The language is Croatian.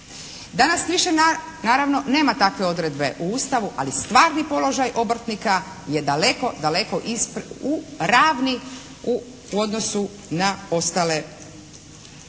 Danas više na, naravno nema takve odredbe u Ustavu, ali stvarni položaj obrtnika je daleko, daleko, u ravni u odnosu na ostale krupne